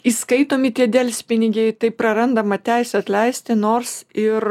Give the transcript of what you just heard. įskaitomi tie delspinigiai tai prarandama teisė atleisti nors ir